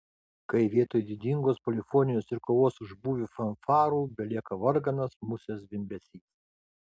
kai vietoj didingos polifonijos ir kovos už būvį fanfarų belieka varganas musės zvimbesys